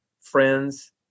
friends